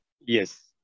Yes